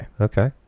Okay